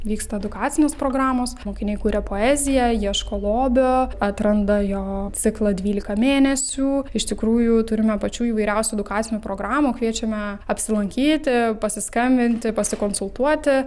vyksta edukacinės programos mokiniai kuria poeziją ieško lobio atranda jo ciklą dvylika mėnesių iš tikrųjų turime pačių įvairiausių edukacinių programų kviečiame apsilankyti pasiskambinti pasikonsultuoti